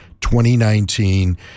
2019